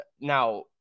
now